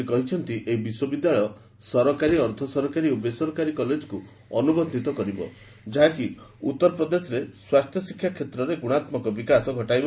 ସେ କହିଛନ୍ତି ଏହି ବିଶ୍ୱବିଦ୍ୟାଳୟ ସରକାରୀ ଅର୍ଦ୍ଧସରକାରୀ ଓ ବେସରକାରୀ କଲେଜକୁ ଅନୁବନ୍ଧିତ କରିବ ଯାହାକି ଉତ୍ତର ପ୍ରଦେଶରେ ସ୍ୱାସ୍ଥ୍ୟ ଶିକ୍ଷା କ୍ଷେତ୍ରରେ ଗୁଣ୍ଠାତ୍କକ ବିକାଶ ଘଟାଇବ